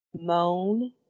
moan